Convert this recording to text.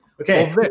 Okay